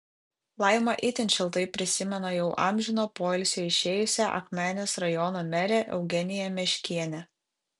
laima itin šiltai prisimena jau amžino poilsio išėjusią akmenės rajono merę eugeniją meškienę